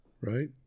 right